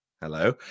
hello